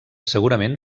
segurament